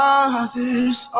Father's